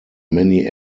many